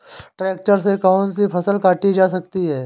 Tractor से कौन सी फसल काटी जा सकती हैं?